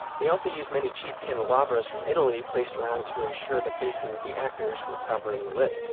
they also used many cheap candelabras from italy placed around to ensure the faces of the actors were properly lit